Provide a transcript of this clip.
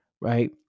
right